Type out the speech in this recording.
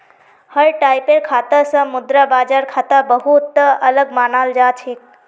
हर टाइपेर खाता स मुद्रा बाजार खाता बहु त अलग मानाल जा छेक